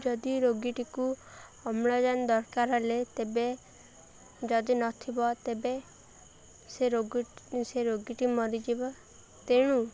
ଯଦି ରୋଗୀଟିକୁ ଅମ୍ଳଜାନ ଦରକାର ହେଲେ ତେବେ ଯଦି ନଥିବ ତେବେ ସେ ସେ ରୋଗୀଟି ମରିଯିବ ତେଣୁ